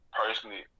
personally